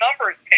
numbers